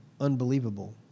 unbelievable